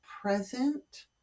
present